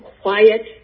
quiet